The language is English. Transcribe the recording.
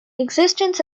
existence